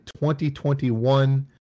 2021